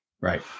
Right